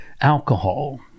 alcohol